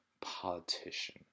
politician